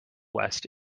west